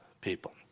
people